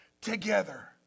together